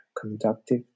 conductive